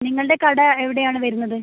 നിങ്ങളുടെ കട എവിടെയാണ് വരുന്നത്